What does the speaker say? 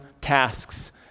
tasks